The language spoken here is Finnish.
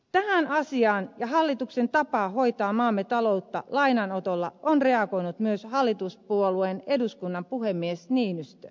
tähän asiaan ja hallituksen tapaan hoitaa maamme taloutta lainanotolla on reagoinut myös hallituspuolueen eduskunnan puhemies niinistö